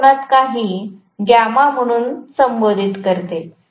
मी या कोनात काही γ म्हणून संबोधित करते